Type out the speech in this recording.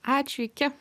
ačiū iki